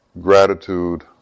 Gratitude